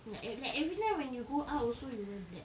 like e~ like every time when you go out also you wear black ya